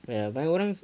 ya but I orang